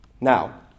Now